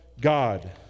God